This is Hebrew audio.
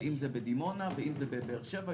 אם זה בבאר שבע,